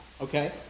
Okay